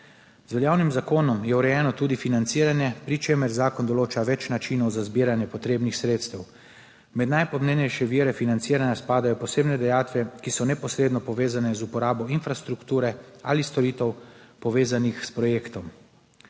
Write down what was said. Z veljavnim zakonom je urejeno tudi financiranje, pri čemer zakon določa več načinov za zbiranje potrebnih sredstev. Med najpomembnejše vire financiranja spadajo posebne dajatve, ki so neposredno povezane z uporabo infrastrukture ali storitev, povezanih s projektom.